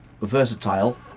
versatile